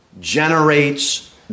generates